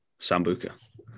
Sambuca